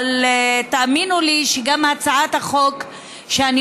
אבל תאמינו לי שגם הצעת החוק שאני